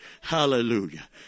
Hallelujah